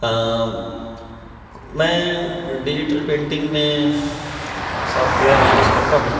آں میں digital painting میں سوفٹ ویئر یوز کرتا ہوں